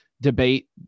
debate